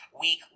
week